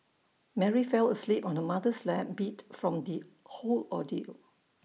Mary fell asleep on her mother's lap beat from the whole ordeal